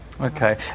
Okay